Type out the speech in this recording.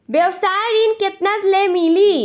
व्यवसाय ऋण केतना ले मिली?